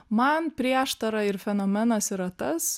man prieštara ir fenomenas yra tas